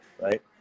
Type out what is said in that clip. right